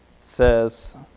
says